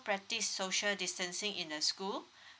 practice social distancing in the school